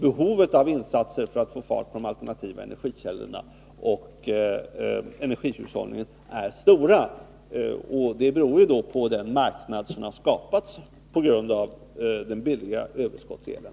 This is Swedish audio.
Behovet av insatser för att få fart på de alternativa energikällorna och energihushållningen är stort, vilket beror på den marknad som har skapats på grund av den billiga överskottselen.